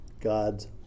God's